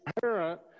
parent